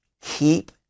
Keep